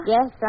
Yes